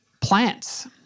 plants